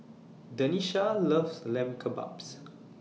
Denisha loves Lamb Kebabs